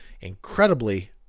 incredibly